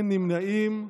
אין נמנעים.